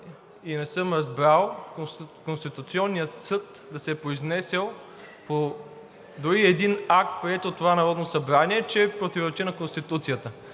и не съм разбрал Конституционният съд да се е произнесъл дори по един акт, приет от това Народно събрание, че противоречи на Конституцията.